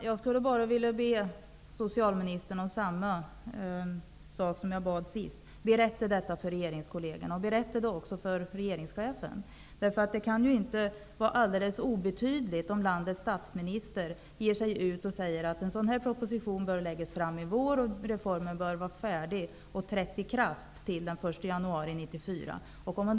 Herr talman! Jag vill be socialministern om samma sak som jag bad om sist: Berätta detta för regeringskollegerna, och tala också om det för regeringschefen. Det kan inte vara alldeles utan betydelse att landets statsminister ger sig ut och säger att en proposition bör läggas fram i vår och att reformen bör vara färdig att träda i kraft den 1 januari 1994.